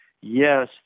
yes